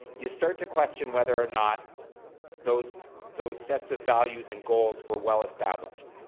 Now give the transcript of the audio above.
you start to question whether or not those those sets of values and goals were well-established.